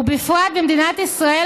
ובפרט במדינת ישראל,